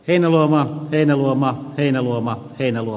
ennen lamaa ennen lomaa heinäluoma teuvo